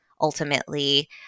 ultimately